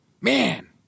Man